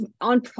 on